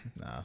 Nah